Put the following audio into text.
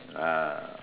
ah